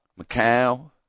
Macau